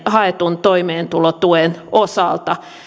haetun toimeentulotuen osalta